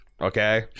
Okay